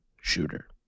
shooter